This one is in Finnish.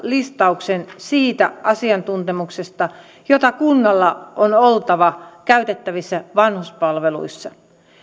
listauksen siitä asiantuntemuksesta jota kunnalla on oltava käytettävissä vanhuspalveluissa